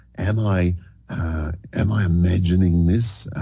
am i am i imagining this?